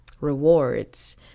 rewards